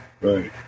Right